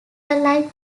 alike